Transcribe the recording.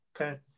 Okay